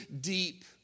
deep